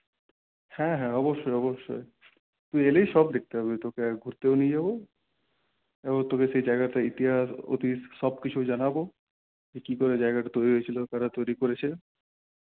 হ্যাঁ হ্যাঁ অবশ্যই অবশ্যই তুই এলেই সব দেখতে পাবি তোকে ঘুরতেও নিয়ে যাব এবং সেই জায়গাটার ইতিহাস অতীত সব কিছু জানাবো কিভাবে জায়গাটা তৈরি হয়েছিল কারা তৈরি করেছে